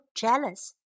jealous